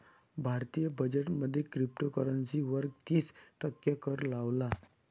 भारतीय बजेट मध्ये क्रिप्टोकरंसी वर तिस टक्के कर लावला